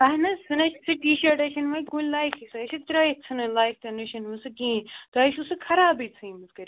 اہن حظ سُہ نہ حظ سُہ ٹی شٲرٹ حظ چھَنہٕ وُنہِ کُنہِ لایقٕے سُہ أسۍ حظ ترٛٲیِتھ ژھنٕنۍ لایق تہِ چھنہٕ وۄنۍ سُہ کِہیٖنۍ تۄہہِ حظ چھُو سُہ خرابٕے ژھنمٕژ کٔرِتھ